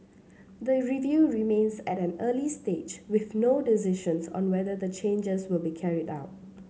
the review remains at an early stage with no decisions on whether the changes will be carried out